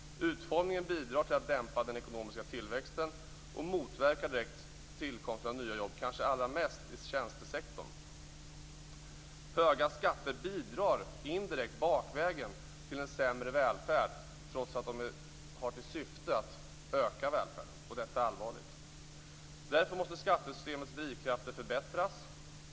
Utformningen bidrar till att dämpa den ekonomiska tillväxten och motverkar direkt tillkomsten av nya jobb, kanske allra mest i tjänstesektorn. Höga skatter bidrar indirekt, bakvägen, till en sämre välfärd, trots att de har till syfte att öka välfärden. Detta är allvarligt. Därför måste skattesystemets drivkrafter förbättras.